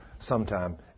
sometime